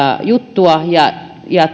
juttua ja ja